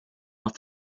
off